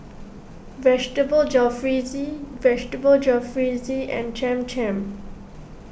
Vegetable Jalfrezi Vegetable Jalfrezi and Cham Cham